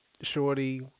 Shorty